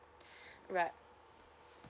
right